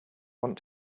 want